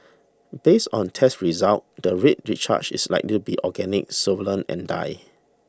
based on test results the red discharge is likely to be organic solvent and dye